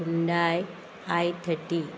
Hyundai I thirty